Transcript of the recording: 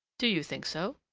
do you think so?